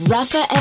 Rafa